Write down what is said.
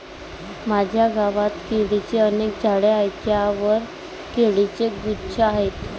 माझ्या गावात केळीची अनेक झाडे आहेत ज्यांवर केळीचे गुच्छ आहेत